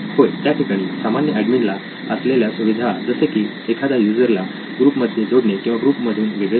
होय त्या ठिकाणी सामान्य एडमिन ला असलेल्या सुविधा जसे की एखाद्या युजर ला ग्रुप मध्ये जोडणे किंवा ग्रुप मधून वेगळे करणे